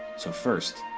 so first,